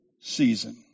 season